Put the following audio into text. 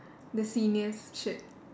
the senior's shirt